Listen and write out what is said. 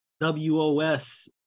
WOS